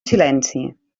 silenci